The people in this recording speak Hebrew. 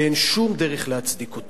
ואין שום דרך להצדיק אותו.